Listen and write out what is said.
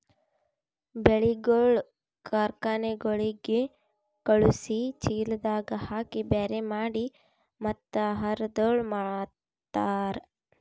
ಬೆಳಿಗೊಳ್ ಕಾರ್ಖನೆಗೊಳಿಗ್ ಖಳುಸಿ, ಚೀಲದಾಗ್ ಹಾಕಿ ಬ್ಯಾರೆ ಮಾಡಿ ಮತ್ತ ಆಹಾರಗೊಳ್ ಮಾರ್ತಾರ್